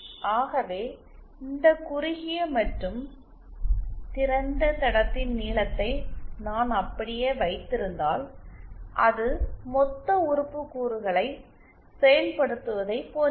ஆகவே இந்த குறுகிய மற்றும் திறந்த தடத்தின் நீளத்தை நான் அப்படியே வைத்திருந்தால் அது மொத்த உறுப்பு கூறுகளை செயல்படுத்துவதைப் போன்றது